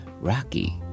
Rocky